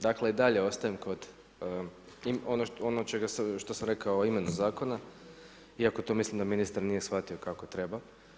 Dakle i dalje ostajem kod ono što sam rekao o imenu zakona iako to mislim da ministar nije shvatio kako treba.